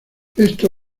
esto